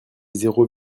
zéro